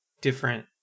different